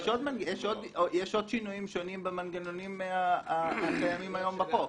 יש עוד שינויים שונים במנגנונים הקיימים היום בחוק.